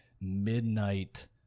midnight